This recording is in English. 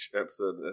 episode